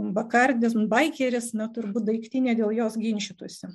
bakardis baikeris na turbūt daiktinė dėl jos ginčytųsi